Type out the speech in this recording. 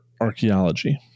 archaeology